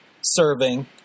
serving